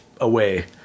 away